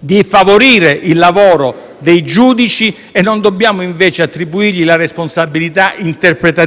di favorire il lavoro dei giudici e non dobbiamo invece attribuirgli la responsabilità interpretativa, molte volte anche al di sopra